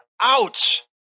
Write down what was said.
ouch